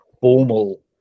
formal